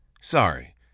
Sorry